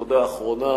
תודה אחרונה,